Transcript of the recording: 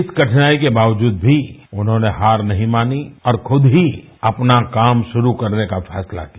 इस कठिनाई के बावजूद भी उन्होंने हार नहीं मानी और खुद ही अपना काम शुरू करने का फैसला किया